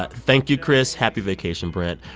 but thank you, chris. happy vacation, brent.